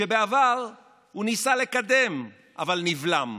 שבעבר הוא ניסה לקדם אבל נבלם: